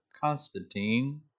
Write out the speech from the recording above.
Constantine